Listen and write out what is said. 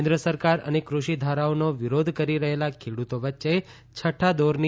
કેન્દ્ર સરકાર અને ક્રષિ ધારાઓનો વિરોધ કરી રહેલા ખેડૂતો વચ્ચે છઠ્ઠા દોરની